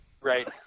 Right